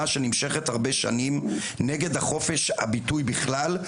שנמשכת הרבה שנים נגד חופש הביטוי בכלל,